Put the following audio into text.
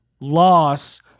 loss